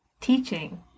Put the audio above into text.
Teaching